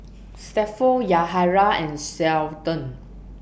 Stafford Yahaira and Seldon